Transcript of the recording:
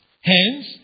Hence